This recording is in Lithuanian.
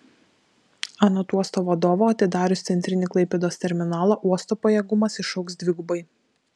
anot uosto vadovo atidarius centrinį klaipėdos terminalą uosto pajėgumas išaugs dvigubai